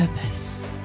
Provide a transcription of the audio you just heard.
purpose